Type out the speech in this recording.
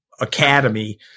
academy